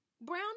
Brown